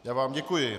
Já vám děkuji.